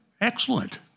Excellent